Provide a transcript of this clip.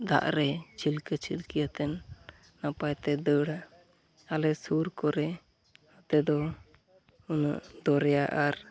ᱫᱟᱜᱨᱮ ᱪᱷᱤᱞᱠᱟᱹᱼᱪᱷᱤᱞᱠᱤᱭᱟᱛᱮᱱ ᱱᱟᱯᱟᱭᱛᱮ ᱫᱟᱹᱲᱟ ᱟᱞᱮ ᱥᱩᱨ ᱠᱚᱨᱮ ᱱᱚᱛᱮᱫᱚ ᱩᱱᱟᱹᱜ ᱫᱚᱨᱭᱟ ᱟᱨ